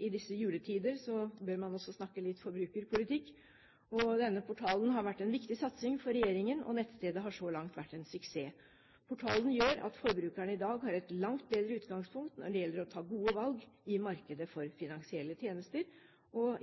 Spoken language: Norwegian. I disse juletider bør man også snakke litt forbrukerpolitikk. Denne portalen har vært en viktig satsing for regjeringen, og nettstedet har så langt vært en suksess. Portalen gjør at forbrukerne i dag har et langt bedre utgangspunkt når det gjelder å ta gode valg i markedene for finansielle tjenester.